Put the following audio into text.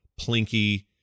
plinky